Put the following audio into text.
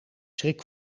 schrik